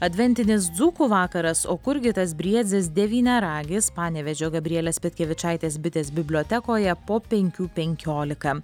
adventinis dzūkų vakaras o kurgi tas briedzis devyniaragis panevėžio gabrielės petkevičaitės bitės bibliotekoje po penkių penkiolika